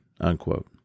unquote